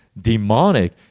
demonic